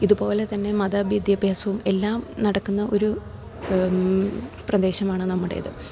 ഇതുപോലെ തന്നെ മത വിദ്യാഭ്യാസവും എല്ലാം നടക്കുന്ന ഒരു പ്രദേശമാണ് നമ്മുടേത്